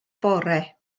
bore